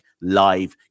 live